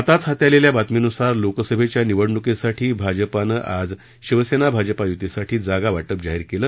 आताच हाती आलेल्या बातमीनुसार लोकसभेच्या निवडणुकीसाठी भाजपानं आज शिवसेना भाजपा युतीसाठी जागावाटप जाहीर केलं